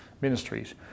ministries